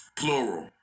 plural